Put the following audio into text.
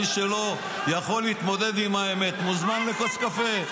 מי שלא יכול להתמודד עם האמת מוזמן לכוס קפה,